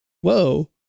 whoa